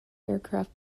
aircraft